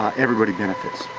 everybody benefits.